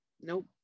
Nope